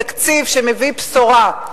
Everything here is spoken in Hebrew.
תקציב שמביא בשורה.